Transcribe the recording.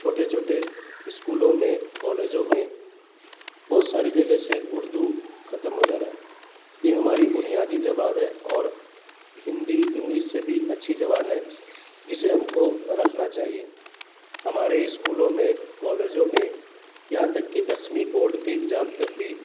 چھوٹے چھوٹے اسکولوں میں کالجوں میں بہت ساری جگہ سے اردو ختم ہو جا رہا ہے یہ ہماری بنیادی زبان ہے اور ہندی انگلش سے بھی اچھی زبان ہے جسے ہم کو رکھنا چاہیے ہمارے اسکولوں میں کالجوں میں یہاں تک کہ دسویں بورڈ تے ایگزام تک بھی